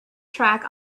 track